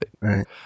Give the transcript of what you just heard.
Right